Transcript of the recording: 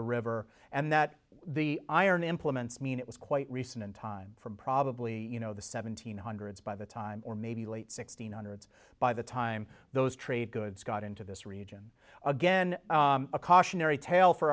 the river and that the iron implements mean it was quite recent in time probably you know the seventeen hundreds by the time or maybe late sixteen hundreds by the time those trade goods got into this region again a cautionary tale for